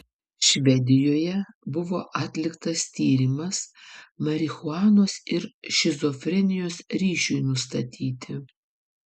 švedijoje buvo atliktas tyrimas marihuanos ir šizofrenijos ryšiui nustatyti